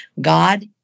God